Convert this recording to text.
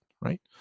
right